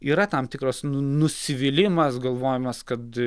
yra tam tikras nu nusivylimas galvojimas kad